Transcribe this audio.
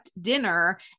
dinner